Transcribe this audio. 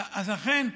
לכן,